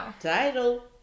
Title